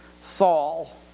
Saul